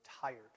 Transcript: tired